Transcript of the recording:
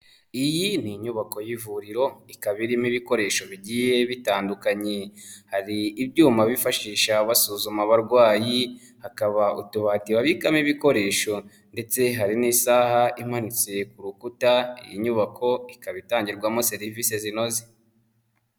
Iyi ni inyubako y'ivuriro, ikaba irimo ibikoresho bigiye bitandukanye. Hari ibyuma bifashisha basuzuma abarwayi, hakaba utubati babikamo ibikoresho ndetse hari n'isaha imanitse ku rukuta, iyi nyubako, ikaba itangirwamo serivise zinoze.